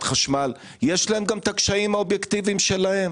חשמל יש את הקשיים האובייקטיבים שלהם